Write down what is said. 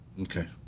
Okay